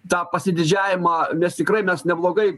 tą pasididžiavimą nes tikrai mes neblogai